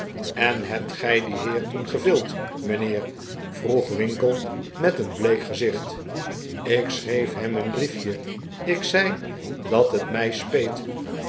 en hebt gij dien heer toen gevild mijnheer vroeg winkle met een bleek gezicht ik schreef hem een briefje ik zei dat het mij speet